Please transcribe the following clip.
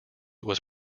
was